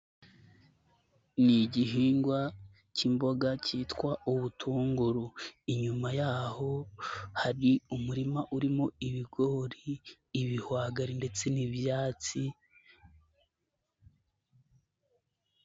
Ni igihingwa cy'imboga cyitwa ubutunguru, inyuma yaho, hari umurima urimo ibigori, ibihwaga ndetse n'ibyatsi.